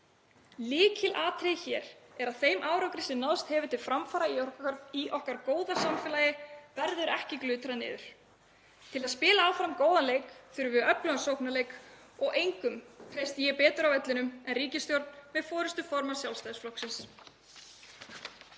Lykilatriðið hér er að þeim árangri sem náðst hefur til framfara í okkar góða samfélagi verði ekki glutrað niður. Til að spila áfram góðan leik þurfum við öflugan sóknarleik og engum treysti ég betur á vellinum en ríkisstjórn með forystu formanns Sjálfstæðisflokksins.